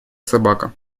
собака